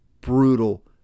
brutal